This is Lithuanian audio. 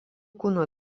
kūno